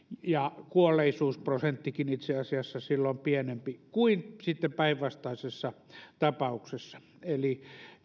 ja kuolleisuusprosenttikin itse asiassa silloin on pienempi kuin sitten päinvastaisessa tapauksessa eli